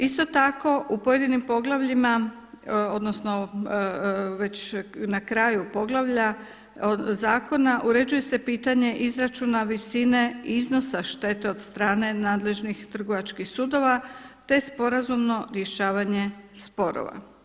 Isto tako u pojedinim poglavljima, odnosno već na kraju poglavlja zakona uređuje se pitanje izračuna visine iznosa štete od strane nadležnih trgovačkih sudova, te sporazumno rješavanje sporova.